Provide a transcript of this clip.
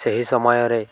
ସେହି ସମୟରେ